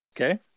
okay